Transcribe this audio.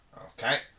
Okay